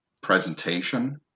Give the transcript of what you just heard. presentation